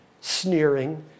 sneering